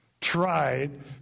tried